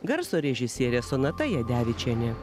garso režisierė sonata jadevičienė